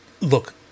look